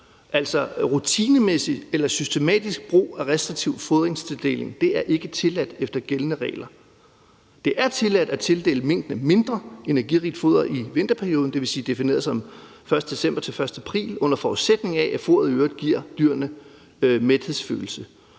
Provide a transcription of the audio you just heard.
rutinemæssig eller systematisk brug af restriktiv fodertildeling er ikke tilladt efter gældende regler. Det er tilladt at tildele minkene mindre energirigt foder i vinterperioden, dvs. perioden defineret som 1. december til 1. april, under forudsætning af at foderet i øvrigt giver dyrene mæthedsfølelse.